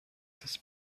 das